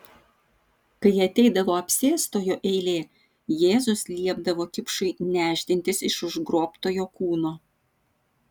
kai ateidavo apsėstojo eilė jėzus liepdavo kipšui nešdintis iš užgrobtojo kūno